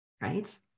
right